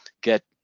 get